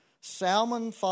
Salmon